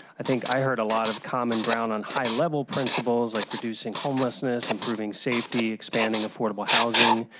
i think i heard a lot of common ground on high-level principles, like reducing homelessness, improving safety, expanding affordable housing.